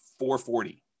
440